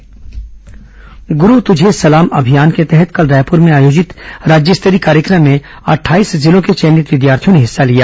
गुरू तुझे सलाम गुरू तुझे सलाम अभियान के तहत कल रायपुर में आयोजित राज्य स्तरीय कार्यक्रम में अट्ठाईस जिलों के चयनित विद्यार्थियों ने हिस्सा लिया